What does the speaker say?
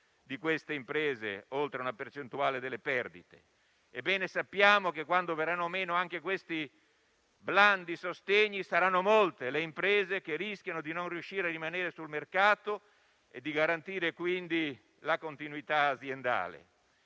di queste imprese, oltre a una percentuale delle perdite. Ebbene, sappiamo che, quando verranno meno anche questi blandi sostegni, saranno molte le imprese che rischiano di non riuscire a rimanere sul mercato e di garantire quindi la continuità aziendale.